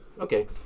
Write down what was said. Okay